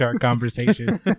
conversation